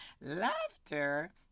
Laughter